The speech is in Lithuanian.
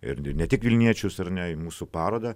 ir ne tik vilniečius ar ne į mūsų parodą